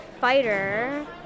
fighter